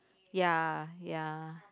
ya ya